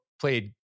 played